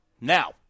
now